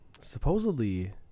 supposedly